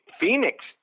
Phoenix